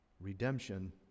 redemption